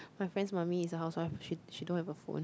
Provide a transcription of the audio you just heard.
my friend's mummy is a housewife she she don't have a phone